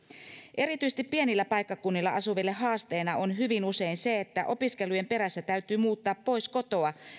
erityisesti pienillä paikkakunnilla asuville haasteena on hyvin usein se että opiskelujen perässä täytyy muuttaa pois kotoa